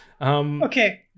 Okay